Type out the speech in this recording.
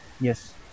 Yes